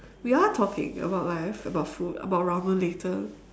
we are talking about life about food about ramen later